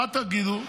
מה תגידו?